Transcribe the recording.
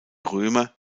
römer